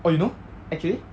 oh you know actually